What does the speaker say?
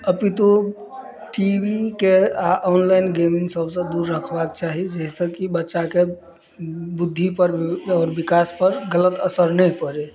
अभी तऽ TV के आ ऑनलाइन गेमिंग सभसँ दूर रखबाक चाही जाहिसँ कि बच्चाके बुद्धि पर आओर विकास पर गलत असर नइ पड़ै